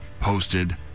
posted